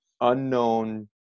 unknown